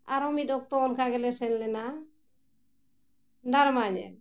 ᱟᱨᱚ ᱢᱤᱫ ᱚᱠᱛᱚ ᱚᱱᱠᱟ ᱜᱮᱞᱮ ᱥᱮᱱ ᱞᱮᱱᱟ ᱰᱟᱨᱢᱟ ᱧᱮᱞ